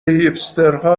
هیپسترها